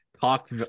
talk